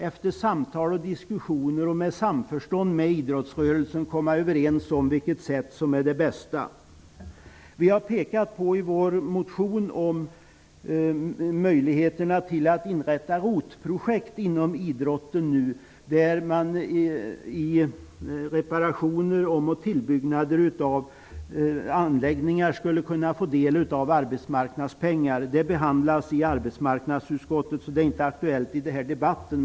Efter diskussioner och i samförstånd med idrottsrörelsen skall man komma överens om vad som är bäst. I vår motion har vi pekat på möjligheterna att inrätta ROT-projekt på idrottens område. Vid reparationer och om och tillbyggnader av anläggningar skulle man då kunna få del av arbetsmarknadsmedel. Det förslaget behandlas av arbetsmarknadsutskottet, så det är inte aktuellt i den här debatten.